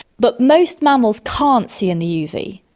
but most mammals can't see in the uv.